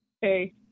hey